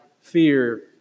fear